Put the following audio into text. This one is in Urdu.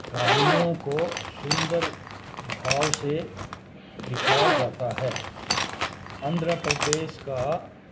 کہانیوں کو سندر بھاؤ سے دکھایا جاتا ہے آندھرا پردیش کا